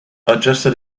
adjusted